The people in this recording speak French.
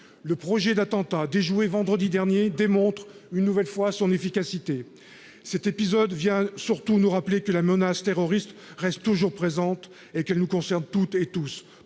le projet d'attentat déjoué vendredi dernier démontre une nouvelle fois son efficacité c'était épisode vient surtout nous rappeler que la menace terroriste reste toujours présente et que nous concerne toutes et tous,